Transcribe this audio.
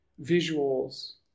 visuals